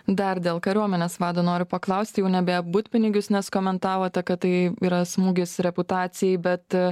dar dėl kariuomenės vado noriu paklausti jau ne apie butpinigius nes komentavote kad tai yra smūgis reputacijai bet